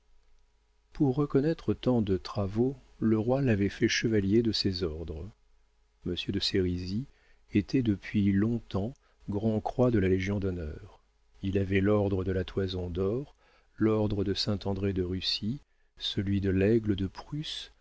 pour reconnaître tant de travaux le roi l'avait fait chevalier de ses ordres monsieur de sérisy était depuis longtemps grand-croix de la légion-d'honneur il avait l'ordre de la toison dor l'ordre de saint-andré de russie celui de l'aigle de prusse